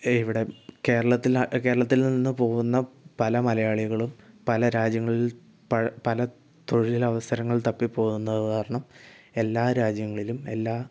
എവിടെ കേരത്തിലാണ് കേരത്തിൽ നിന്ന് പോകുന്ന പല മലയാളികളും പല രാജ്യങ്ങളിൽ പഴ പല തൊഴിലവസരങ്ങൾ തപ്പിപ്പോകുന്നത് കാരണം എല്ലാ രാജ്യങ്ങളിലും എല്ലാ